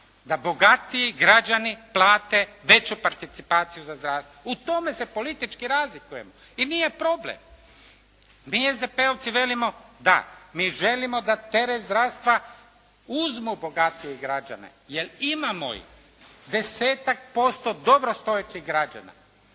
da bogatiji građani plate veću participaciju za zdravstvo, u tome se politički razlikujemo i nije problem. Mi SDP-ovci želimo da mi želimo da teret zdravstva uzmu bogatiji građani jer imamo ih, 10% dobrostojećih građana.